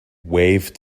waved